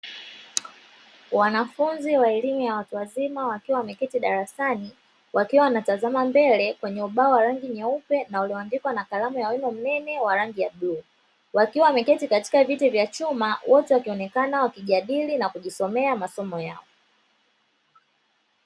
Wanafunzi wa elimu ya watu wazima wakiwa wameketi darasani, wakiwa wanatazama mbele kwenye ubao wenye rangi nyeupe, na ulioandikwa na kalamu ya wino mnene wenye rangi ya bluu. Wakiwa wameketi katika viti vya chuma wote wanaonekana wakijadili nakujisomea masomo yao.